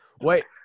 Wait